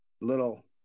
little